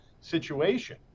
situation